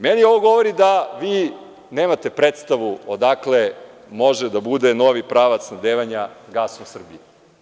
Meni ovo govori da vi nemate predstavu odakle može da bude novi pravac snabdevanja gasom u Srbiji.